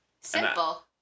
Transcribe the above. Simple